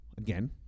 again